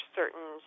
certain